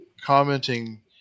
commenting